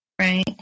Right